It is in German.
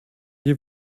die